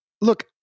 Look